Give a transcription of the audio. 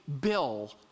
Bill